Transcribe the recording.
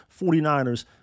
49ers